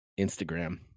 Instagram